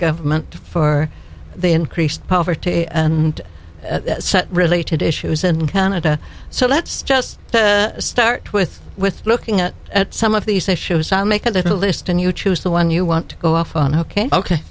government for the increased poverty and related issues in canada so let's just start with with looking at at some of these issues i'll make a little list and you choose the one you want to go off on ok